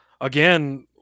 Again